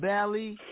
Valley